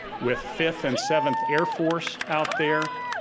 with fifth and seventh air force out there,